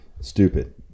stupid